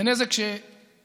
זה נזק שיכול